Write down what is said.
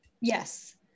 yes